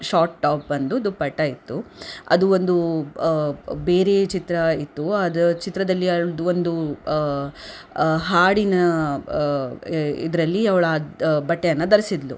short top ಬಂದು ದುಪ್ಪಟ್ಟ ಇತ್ತು ಅದು ಒಂದು ಬೇರೆ ಚಿತ್ರ ಇತ್ತು ಅದರ ಚಿತ್ರದಲ್ಲಿ ಒಂದು ಹಾಡಿನ ಇದರಲ್ಲಿ ಅವ್ಳು ಆ ಬಟ್ಟೆಯನ್ನು ಧರಿಸಿದಳು